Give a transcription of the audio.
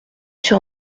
sur